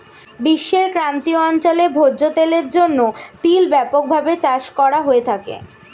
বিশ্বের ক্রান্তীয় অঞ্চলে ভোজ্য তেলের জন্য তিল ব্যাপকভাবে চাষ করা হয়ে থাকে